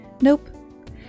Nope